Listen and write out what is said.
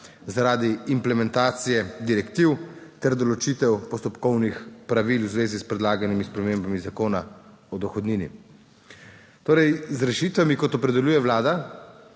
zaradi implementacije direktiv ter določitev postopkovnih pravil v zvezi s predlaganimi spremembami Zakona o dohodnini. Torej z rešitvami, kot opredeljuje Vlada,